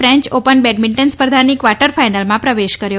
French Open badminton સ્પર્ધાની quarter ફાઇનલમાં પ્રવેશ કર્યો